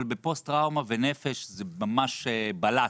אבל בפוסט טראומה זה ממש בלט,